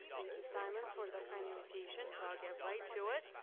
thank you, simon, for the kind invitation. so i'll get right to it.